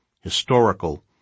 Historical